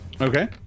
Okay